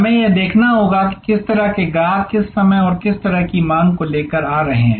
हमें यह देखना होगा कि किस तरह के ग्राहक किस समय और किस तरह की मांग को लेकर आगे आ रहे हैं